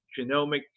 genomic